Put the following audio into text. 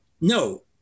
no